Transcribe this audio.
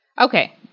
Okay